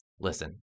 Listen